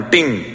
Ting